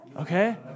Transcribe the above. okay